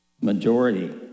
majority